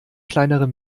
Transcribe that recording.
kleinere